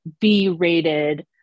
B-rated